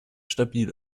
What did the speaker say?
stabil